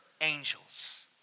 angels